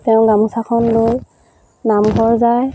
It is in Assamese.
তেওঁ গামোচাখন লৈ নামঘৰ যায়